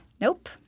Nope